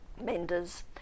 menders